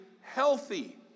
healthy